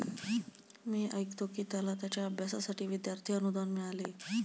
मी ऐकतो की त्याला त्याच्या अभ्यासासाठी विद्यार्थी अनुदान मिळाले